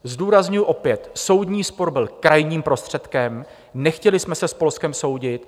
Zdůrazňuji opět, soudní spor byl krajním prostředkem, nechtěli jsme se s Polskem soudit.